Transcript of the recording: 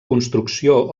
construcció